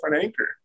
anchor